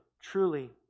truly